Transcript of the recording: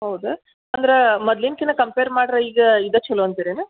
ಹೌದಾ ಅಂದ್ರೆ ಮೊದ್ಲಿನ್ಕಿಂತ ಕಂಪೇರ್ ಮಾಡ್ರೆ ಈಗ ಇದೇ ಚೊಲೋ ಅಂತಿರೇನು